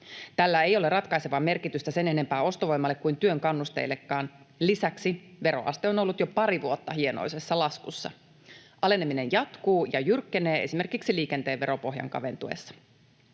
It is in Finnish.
Tällä ei ole ratkaisevaa merkitystä sen enempää ostovoimalle kuin työn kannusteillekaan. Lisäksi veroaste on ollut jo pari vuotta hienoisessa laskussa. Aleneminen jatkuu ja jyrkkenee esimerkiksi liikenteen veropohjan kaventuessa.